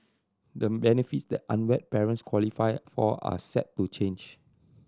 the benefits that unwed parents qualify for are set to change